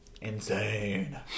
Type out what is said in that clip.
insane